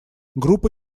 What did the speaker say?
группа